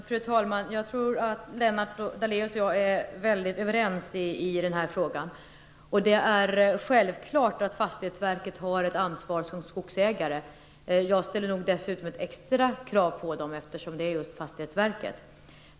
Fru talman! Jag tror att Lennart Daléus och jag är väldigt överens i den här frågan. Det är självklart att Fastighetsverket har ett ansvar som skogsägare. Jag ställer nog dessutom ett extra krav på det, eftersom det är just Fastighetsverket.